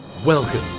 Welcome